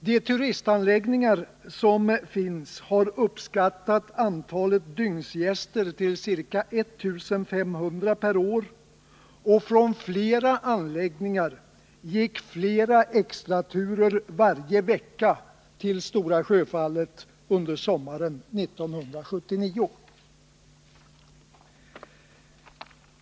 På de turistanläggningar som finns har man uppskattat antalet dygnsgäster till ca 1 500 per år, och från flera anläggningar gick flera extraturer varje vecka till Stora Sjöfallet under sommaren 1979.